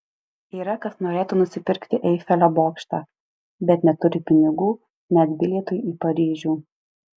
yra kas norėtų nusipirkti eifelio bokštą bet neturi pinigų net bilietui į paryžių